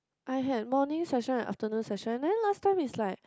I had morning session and afternoon session and then last time is like